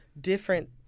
different